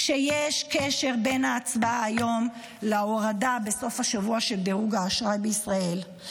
שיש קשר בין ההצבעה היום להורדה של דירוג האשראי בישראל בסוף השבוע,